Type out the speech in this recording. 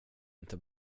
inte